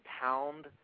pound